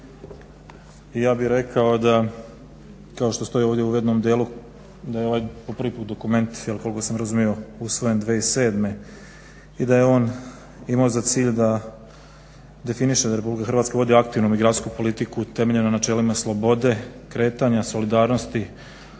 ja bih rekao da kao što stoji ovdje u jednom delu da je ovaj po prvi put dokument koliko sam razumio usvojen 2007. i da je on imao za cilj da definiše da Republika Hrvatska vodi aktivnu migracijsku politiku temeljenu na načelima slobode kretanja, solidarnosti,